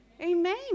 amen